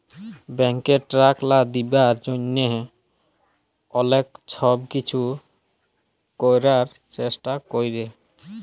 ব্যাংকে ট্যাক্স লা দিবার জ্যনহে অলেক ছব কিছু ক্যরার চেষ্টা ক্যরে